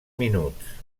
minuts